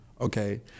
okay